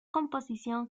composición